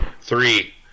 Three